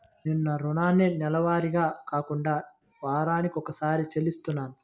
నేను నా రుణాన్ని నెలవారీగా కాకుండా వారానికోసారి చెల్లిస్తున్నాను